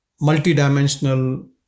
multidimensional